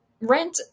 Rent